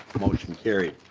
the motion carries.